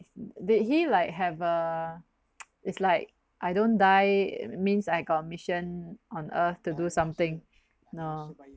did he like have a it's like I don't die means I got mission on earth to do something no